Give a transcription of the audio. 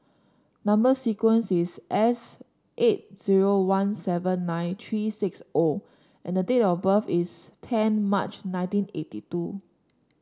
number sequence is S eight zero one seven nine three six O and the date of birth is ten March nineteen eighty two